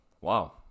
Wow